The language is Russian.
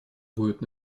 будет